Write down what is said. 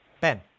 ben